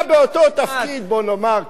אבל נמצא באותו תפקיד, בוא נאמר, כמעט, או משהו.